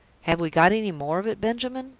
have we got any more of it, benjamin?